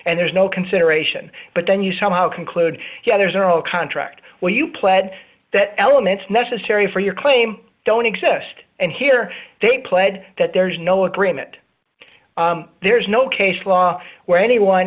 and there's no consideration but then you somehow conclude yeah there's an oral contract where you pled that elements necessary for your claim don't exist and here they pled that there's no agreement there's no case law where anyone